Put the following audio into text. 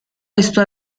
esto